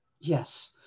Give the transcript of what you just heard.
Yes